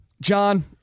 John